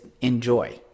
enjoy